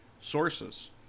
sources